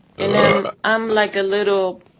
and i'm, i'm like a little,